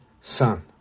Son